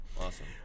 awesome